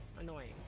Annoying